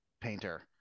painter